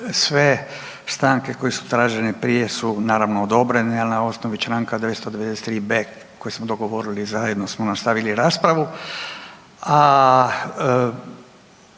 sve stanke koje su tražene prije su naravno, odobrene, ali na osnovi čl. 293.b koji smo dogovorili zajedno smo nastavili raspravu,